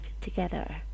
together